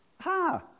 ha